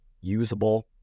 usable